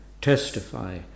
testify